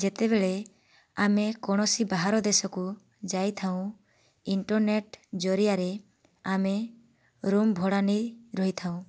ଯେତେବେଳେ ଆମେ କୌଣସି ବାହାର ଦେଶକୁ ଯାଇଥାଉ ଇଣ୍ଟରନେଟ ଜରିଆରେ ଆମେ ରୁମ ଭଡ଼ା ନେଇ ରହିଥାଉ